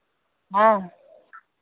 हाँ